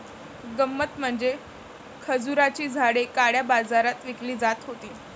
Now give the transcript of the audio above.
गंमत म्हणजे खजुराची झाडे काळ्या बाजारात विकली जात होती